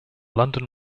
london